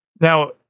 Now